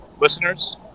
listeners